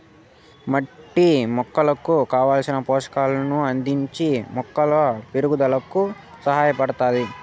మట్టి మొక్కకు కావలసిన పోషకాలను అందించి మొక్కల పెరుగుదలకు సహాయపడుతాది